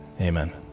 Amen